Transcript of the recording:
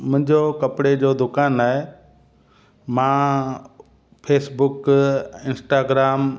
मुंहिंजो कपिड़े जो दुकान आहे मां फेसबुक इसटाग्राम